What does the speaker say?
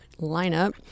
lineup